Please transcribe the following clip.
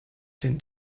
den